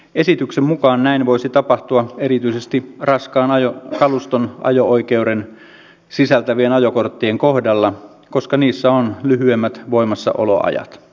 esityksen mukaan näin voisi tapahtua erityisesti raskaan kaluston ajo oikeuden sisältävien ajokorttien kohdalla koska niissä on lyhyemmät voimassaoloajat